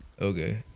Okay